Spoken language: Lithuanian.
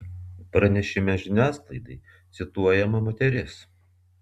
pranešime žiniasklaidai cituojama moteris